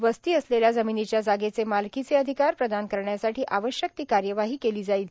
वस्ती असलेल्या जमीनीच्या जागेचे मालकीचे अधिकार प्रदान करण्यासाठी आवश्यक ती कार्यवाही केली जाईल